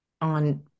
on